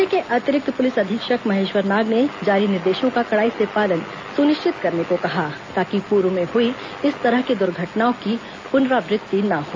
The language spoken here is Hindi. जिले के अतिरिक्त पुलिस अधीक्षक महेश्वर नाग ने जारी निर्देशों का कड़ाई से पालन सुनिश्चित करने को कहा ताकि पूर्व में हुई इस तरह की दुर्घटनाओं की पुनरावृत्ति न हो